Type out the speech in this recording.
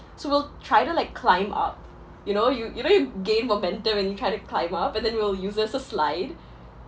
so we'll try to like climb up you know you you need to gain momentum and you try to climb up and then we'll use there's a slide